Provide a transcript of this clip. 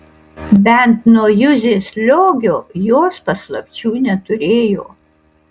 bent nuo juzės liogio jos paslapčių neturėjo